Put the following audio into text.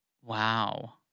Wow